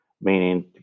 meaning